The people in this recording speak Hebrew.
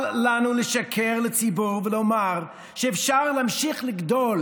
אל לנו לשקר לציבור ולומר שאפשר להמשיך לגדול